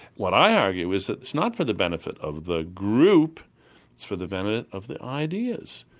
what i argue is that it's not for the benefit of the group, it's for the benefit of the ideas.